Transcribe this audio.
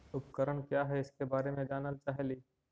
उपकरण क्या है इसके बारे मे जानल चाहेली?